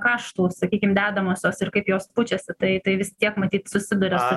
kaštų sakykim dedamosios ir kaip jos pučiasi tai tai vis tiek matyt susiduria su